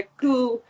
cool